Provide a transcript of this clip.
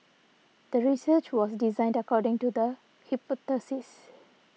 the research was designed according to the hypothesis